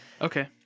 Okay